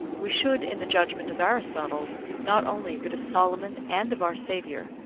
we should in the judgment of aristotle not only, but of solomon and of our saviour,